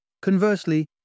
Conversely